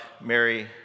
Mary